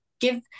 give